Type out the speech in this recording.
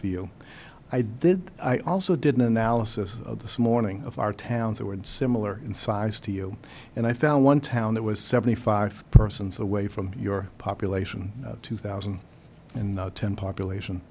you i did i also didn't analysis of this morning of our towns who are similar in size to you and i found one town that was seventy five persons away from your population two thousand and ten population